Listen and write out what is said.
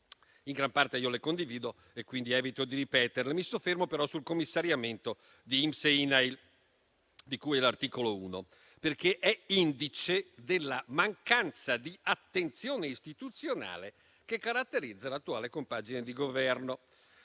In gran parte le condivido e quindi evito di ripeterle. Mi soffermo, però, sul commissariamento di INPS e INAIL, di cui all'articolo 1, perché è indice della mancanza di attenzione istituzionale che caratterizza l'attuale compagine di Governo.